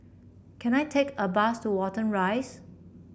can I take a bus to Watten Rise